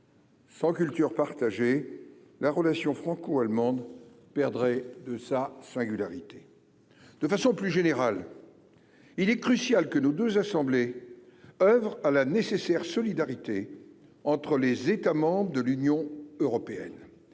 Sans cultures partager la relation franco-allemande perdrait de sa singularité de façon plus générale, il est crucial que nos deux assemblées Oeuvres à la nécessaire solidarité entre les États membres de l'Union européenne